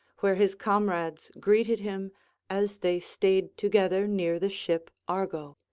where his comrades greeted him as they stayed together near the ship argo.